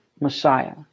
Messiah